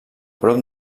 prop